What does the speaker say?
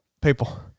people